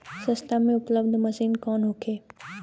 सस्ता में उपलब्ध मशीन कौन होखे?